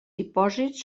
dipòsits